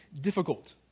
difficult